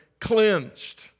cleansed